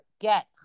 Get